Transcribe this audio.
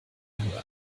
hören